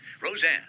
Roseanne